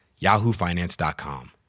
yahoofinance.com